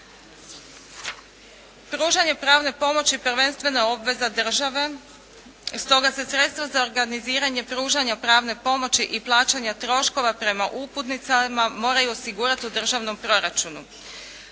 Pružanje pravne pomoći prvenstveno je obveza države. Stoga se sredstva za organiziranje pružanja pravne pomoći i plaćanja troškova prema uputnicama moraju osigurat u državnom proračunu.